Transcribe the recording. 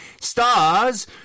Stars